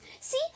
See